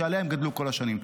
שעליה הם גדלו כל השנים.